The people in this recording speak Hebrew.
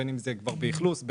בין באכלוס,